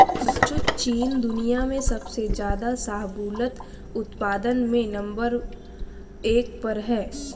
बच्चों चीन दुनिया में सबसे ज्यादा शाहबूलत उत्पादन में नंबर एक पर है